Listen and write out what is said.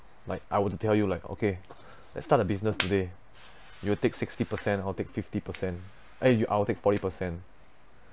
like I would to tell you like okay let's start a business today you will take sixty percent I'll take fifty percent eh you I'll take forty percent